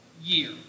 year